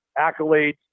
accolades